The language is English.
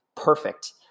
perfect